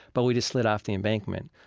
but we just slid off the embankment,